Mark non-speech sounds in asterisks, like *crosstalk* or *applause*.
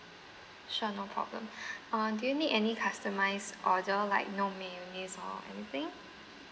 sure no problem *breath* uh do you need any customised order like no mayonnaise or anything